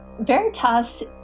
Veritas